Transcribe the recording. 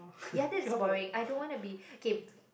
yeah that's boring I don't want to be K